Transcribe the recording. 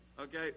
Okay